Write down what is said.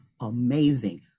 amazing